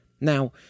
Now